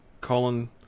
Colin